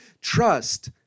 Trust